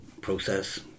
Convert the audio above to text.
process